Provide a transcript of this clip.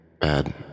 bad